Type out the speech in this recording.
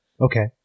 Okay